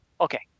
Okay